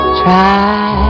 try